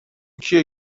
کیه